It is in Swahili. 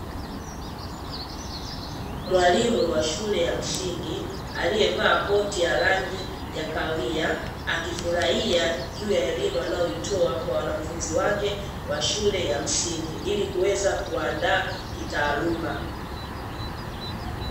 Mwalimu wa shule ya msingi aliyevaa koti ya rangi ya kahawia, akifurahia juu ya elimu anayoitoa kwa wanafunzi wake wa shule ya msingi ili kuweza kuwaandaa kitaaluma.